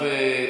רבותיי, עכשיו,